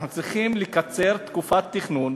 אנחנו צריכים לקצר את תקופת התכנון,